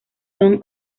zone